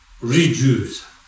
reduce